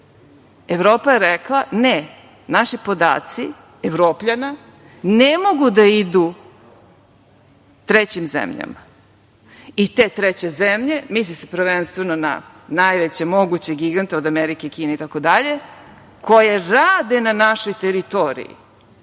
Evropa je rekla – ne. Naši podaci, Evropljana, ne mogu da idu trećim zemljama i te treće zemlje, misli se prvenstveno na najveće moguće gigante, od Amerike, Kine itd, koje rade na našoj teritoriji